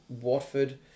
Watford